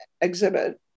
exhibit